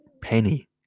penny